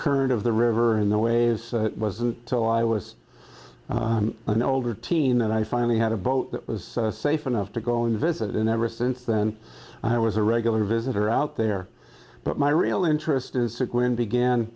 current of the river and the waves it wasn't till i was an older teen that i finally had a boat that was safe enough to go and visit and ever since then i was a regular visitor out there but my real interest is sick when began